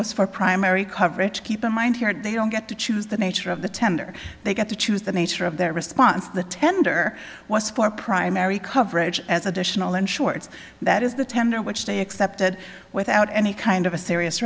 was for primary coverage keep in mind here they don't get to choose the nature of the tender they get to choose the nature of their response the tender was for primary coverage as additional in shorts that is the tender which they accepted without any kind of a serious